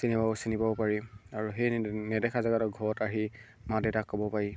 চিনিব চিনিব পাৰি আৰু সেই নেদেখা জেগাতো ঘৰত আহি মা দেউতাক ক'ব পাৰি